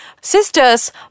sisters